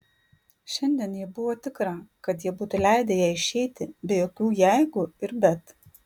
šiandien ji buvo tikra kad jie būtų leidę jai išeiti be jokių jeigu ir bet